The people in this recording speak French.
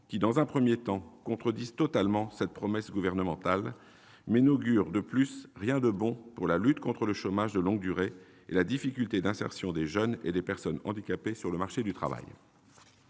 sont d'autres éléments qui contredisent totalement cette promesse gouvernementale. En outre, elles n'augurent rien de bon pour la lutte contre le chômage de longue durée et la difficulté d'insertion des jeunes et des personnes handicapées sur le marché du travail.